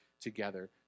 together